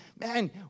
Man